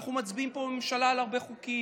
אנחנו מצביעים פה בממשלה על הרבה חוקים,